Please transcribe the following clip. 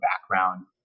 background